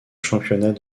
championnat